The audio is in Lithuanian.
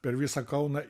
per visą kauną